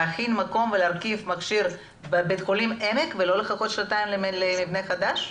להכין מקום ולהרכיב מכשיר בבית החולים העמק ולא לחכות שנתיים למבנה חדש?